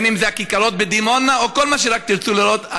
בין אם זה הכיכרות בדימונה או כל מה שרק תרצו לראות.